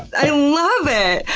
i love it.